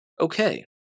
Okay